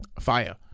fire